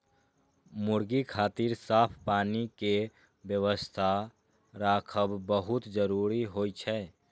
मुर्गी खातिर साफ पानी के व्यवस्था राखब बहुत जरूरी होइ छै